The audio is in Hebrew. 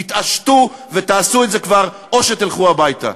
תתעשתו ותעשו את זה כבר, או שתלכו הביתה.